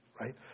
right